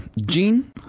Gene